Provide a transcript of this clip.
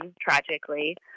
tragically